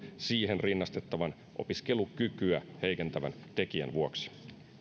siihen rinnastettavan opiskelukykyä heikentävän tekijän vuoksi